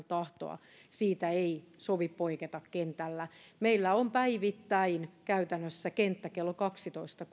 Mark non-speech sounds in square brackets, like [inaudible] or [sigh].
[unintelligible] tahtoa siitä ei sovi poiketa kentällä meillä on päivittäin käytännössä kenttä koolla kello kaksitoista [unintelligible]